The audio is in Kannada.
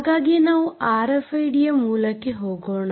ಹಾಗಾಗಿ ನಾವು ಆರ್ಎಫ್ಐಡಿಯ ಮೂಲಕ್ಕೆ ಹೋಗೋಣ